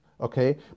okay